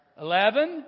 Eleven